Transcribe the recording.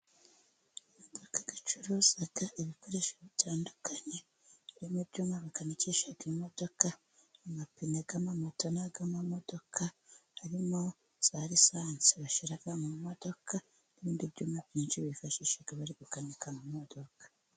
Amaduka acuruza ibikoresho bitandukanye birimo ibyuma bikanikisha imodoka, amapine y'amamoto n'ay'amamodoka harimo za lisance bashyira mu modoka n'ibindi byuma byinshi bifashisha bari gukanika amamodoka.